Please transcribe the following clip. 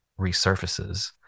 resurfaces